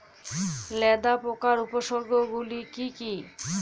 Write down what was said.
লেদা পোকার উপসর্গগুলি কি কি?